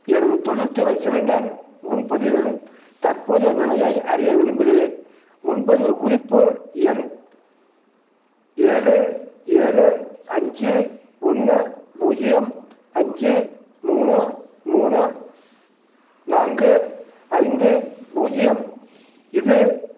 எனது தொழில்துறை சிலிண்டர் முன்பதிவின் தற்போதைய நிலையை அறிய விரும்புகிறேன் முன்பதிவு குறிப்பு எண் ஏழு ஏழு அஞ்சு ஒன்று பூஜ்ஜியம் அஞ்சு மூணு மூணு நான்கு ஐந்து பூஜ்ஜியம் இது